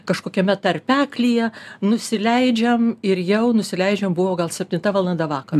kažkokiame tarpeklyje nusileidžiam ir jau nusileidžiam buvo gal septinta valanda vakaro